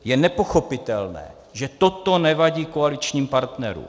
Je nepochopitelné, že toto nevadí koaličním partnerům.